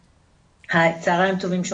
היי, צהריים טובים לכולם